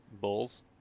bulls